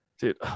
Dude